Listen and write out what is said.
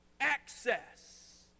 access